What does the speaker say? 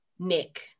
Nick